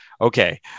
okay